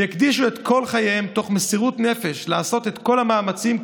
והקדישו את כל חייהם במסירות נפש לעשות את כל המאמצים,